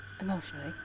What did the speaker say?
Emotionally